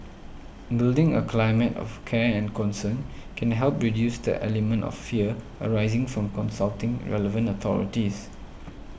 building a climate of care and concern can help reduce the element of fear arising from consulting relevant authorities